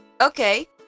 Okay